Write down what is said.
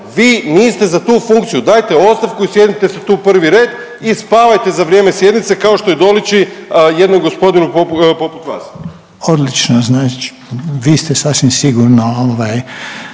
vi niste za tu funkciju. Dajte ostavku i sjedite se tu u prvi red i spavajte za vrijeme sjednice, kao što i doliči jednom gospodinu poput vas. **Reiner, Željko (HDZ)** Odlično, znači, vi ste sasvim sigurno